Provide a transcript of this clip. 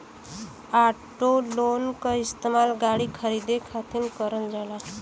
auto loan क इस्तेमाल गाड़ी खरीदे खातिर करल जाला